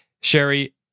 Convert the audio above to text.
Sherry